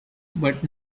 but